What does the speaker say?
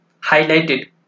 highlighted